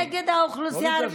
נגד האוכלוסייה הערבית.